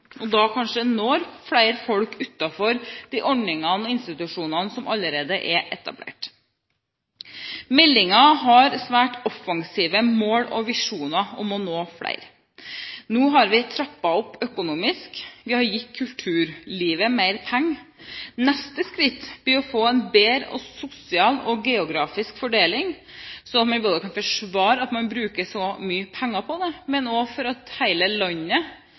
Da når en kanskje flere mennesker utenfor de ordningene og institusjonene som allerede er etablert. Meldingen har svært offensive mål og visjoner om å nå flere. Nå har vi trappet opp økonomisk, vi har gitt kulturlivet mer penger. Neste skritt blir å få en bedre sosial og geografisk fordeling, både for å forsvare at man bruker så mye penger på det, og for at hele landet